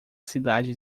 cidade